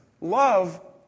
Love